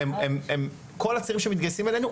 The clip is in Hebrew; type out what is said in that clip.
כל הצעירים שמתגייסים אלינו,